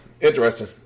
interesting